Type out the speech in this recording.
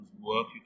work